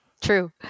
true